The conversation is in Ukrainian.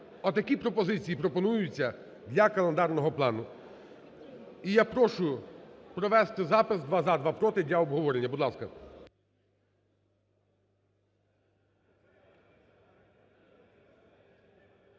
Отакі пропозиції пропонуються для календарного плану. І я прошу провести запис "два – за, два – проти" для обговорення. Будь ласка.